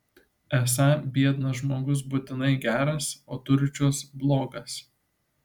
esą biednas žmogus būtinai geras o turčius blogas